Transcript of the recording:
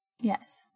Yes